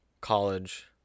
college